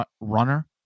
runner